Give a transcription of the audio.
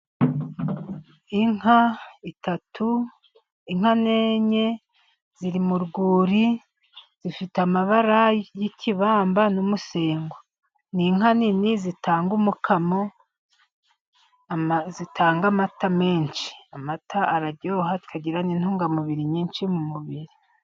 Inka eshatu, inka ni enye ziri mu rwuri zifite amabara y'ikibamba n'umusengo, ni inka nini zitanga umukamo zitanga amata menshi, amata araryoha akagira n'intungamubiri nyinshi mu mubiri.